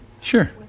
Sure